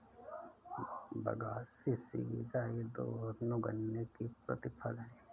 बगासी शीरा ये दोनों गन्ने के प्रतिफल हैं